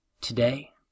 today